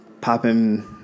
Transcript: popping